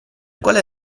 quale